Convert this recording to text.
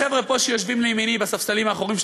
החבר'ה פה שיושבים לימיני בספסלים האחוריים של